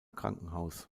krankenhaus